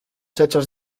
hechos